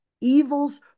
evil's